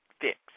fix